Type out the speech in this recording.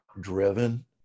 driven